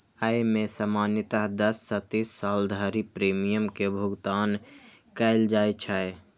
अय मे सामान्यतः दस सं तीस साल धरि प्रीमियम के भुगतान कैल जाइ छै